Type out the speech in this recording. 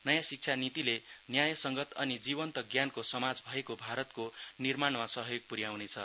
नयाँ शिक्षा नितीले न्यायसंगत अनि जीवन्त ज्ञानको समाज भएको भारतको निर्माणमा सहयोग पुर्याउनेछ